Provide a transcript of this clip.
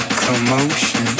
commotion